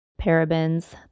parabens